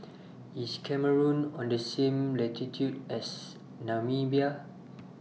IS Cameroon on The same latitude as Namibia